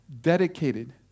dedicated